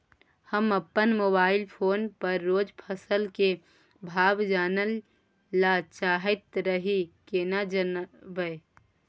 हम अपन mobile phone पर रोज फसल के भाव जानय ल चाहैत रही केना जानब?